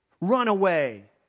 runaway